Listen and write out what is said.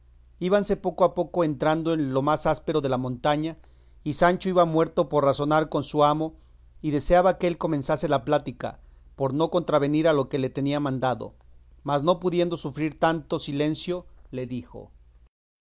gana íbanse poco a poco entrando en lo más áspero de la montaña y sancho iba muerto por razonar con su amo y deseaba que él comenzase la plática por no contravenir a lo que le tenía mandado mas no pudiendo sufrir tanto silencio le dijo